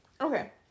Okay